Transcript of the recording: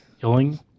killing